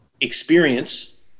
experience